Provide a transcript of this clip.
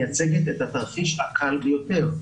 מייצגת את התרחיש הקל ביותר.